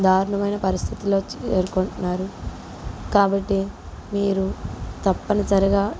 దారుణమైన పరిస్థితిలో చేరుకొంటున్నారు కాబట్టి మీరు తప్పనిసరిగా